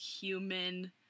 human